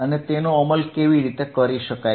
અને તેનો અમલ કેવી રીતે કરી શકાય